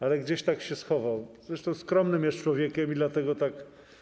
Ale gdzieś tak się schował, jest zresztą skromnym człowiekiem i dlatego tak.